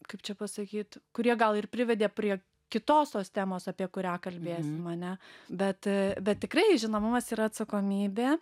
kaip čia pasakyt kurie gal ir privedė prie kitos tos temos apie kurią kalbėsim ane bet bet tikrai žinomumas yra atsakomybė